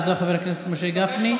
תודה, חבר הכנסת משה גפני.